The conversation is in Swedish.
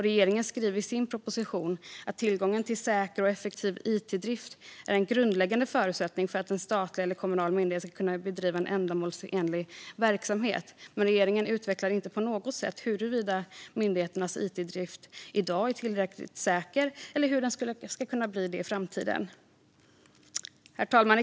Regeringen skriver i sin proposition att tillgång till säker och effektiv it-drift är en grundläggande förutsättning för att en statlig eller kommunal myndighet ska kunna bedriva en ändamålsenlig verksamhet, men regeringen utvecklar inte huruvida myndigheternas it-drift är tillräckligt säker i dag eller hur den ska kunna bli det i framtiden. Herr talman!